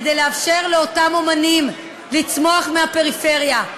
כדי לאפשר לאותם אמנים לצמוח מהפריפריה.